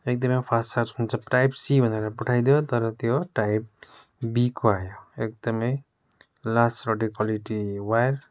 एकदमै fast charge हुन्छ type C भनेर पठाइदियो तर त्यो टाइप बी को आयो एकदमै लास्ट रड्डी क्वालिटी वायर